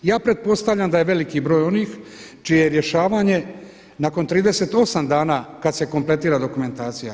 Ja pretpostavljam da je veliki broj onih čije rješavanje nakon 38 dana kada se kompletira dokumentacija.